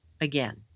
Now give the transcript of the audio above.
again